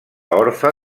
orfe